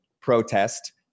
protest